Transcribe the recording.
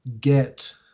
get